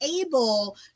able